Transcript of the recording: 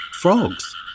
Frogs